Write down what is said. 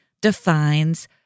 defines